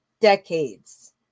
decades